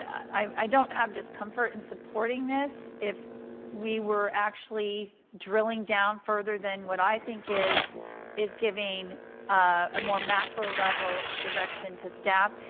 i don't have discomfort in supporting this. if we were actually drilling down further than what i think is is giving a more macro level direction to staff.